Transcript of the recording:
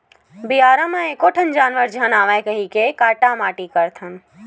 बियारा म एको ठन जानवर झन आवय कहिके काटा माटी करथन